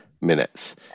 minutes